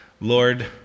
Lord